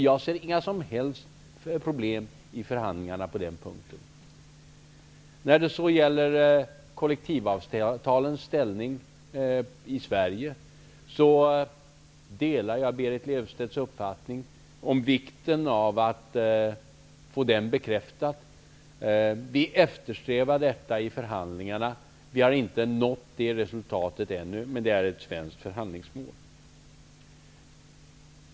Jag ser inga som helst problem i förhandlingarna på den punkten. När det så gäller kollektivavtalens ställning i Sverige delar jag Berit Löfstedts uppfattning om vikten av att vi skall få deras ställning bekräftad. Vi eftersträvar detta i förhandlingarna. Vi har inte ännu nått det resultatet, men det är ett svenskt förhandlingsmål.